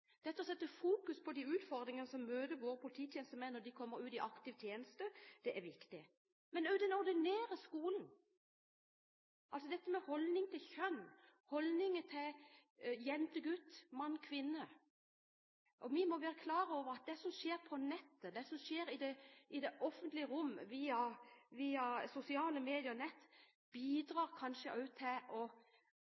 å fokusere på de utfordringene som møter våre polititjenestemenn når de kommer ut i aktiv tjeneste, er viktig. Men også den ordinære skolen er viktig når det gjelder holdninger til kjønn, holdninger til jente og gutt, mann og kvinne. Vi må være klar over at det som skjer på nettet, det som skjer i det offentlige rom via sosiale